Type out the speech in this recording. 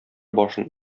башын